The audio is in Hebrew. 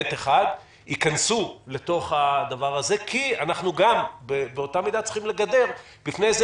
ב(1) ייכנסו לתוך זה כי אנחנו גם באותה מידה צריכים לגדר בפני זה